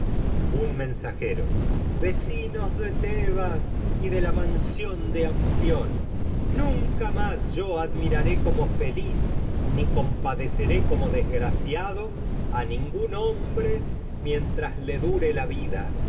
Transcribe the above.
un mensajero vecinos de de tebas y de la mansión anfión nunca más yo admiraré como feliz ni com padeceré le como desgraciado a ningún hombre mientras porque dure la vida